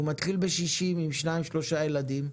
הוא מתחיל ב-60 מטר עם שניים שלושה ילדים,